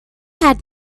had